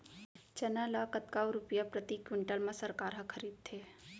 चना ल कतका रुपिया प्रति क्विंटल म सरकार ह खरीदथे?